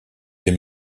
des